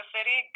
City